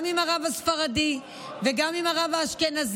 גם עם הרב הספרדי וגם עם הרב האשכנזי,